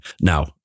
Now